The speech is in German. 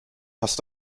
hast